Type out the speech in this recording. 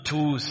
Two